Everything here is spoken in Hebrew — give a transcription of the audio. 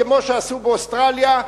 כמו שעשו באוסטרליה,